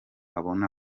abona